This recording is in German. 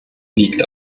liegt